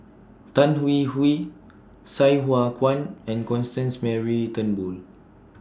Tan Hwee Hwee Sai Hua Kuan and Constance Mary Turnbull